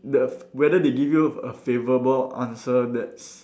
the whether they give a favourable answer that's